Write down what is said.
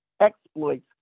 exploits